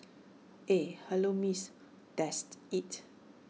eh hello miss dest IT